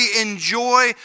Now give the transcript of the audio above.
enjoy